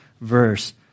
verse